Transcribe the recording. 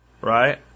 right